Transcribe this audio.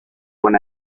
con